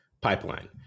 pipeline